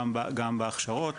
גם בהכשרות.